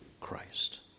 Christ